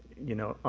you know,